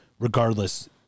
Regardless